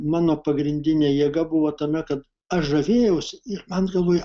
mano pagrindinė jėga buvo tame kad aš žavėjausi ir man galvoju